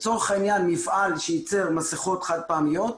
לצורך העניין, מפעל שייצר מסכות חד פעמיות,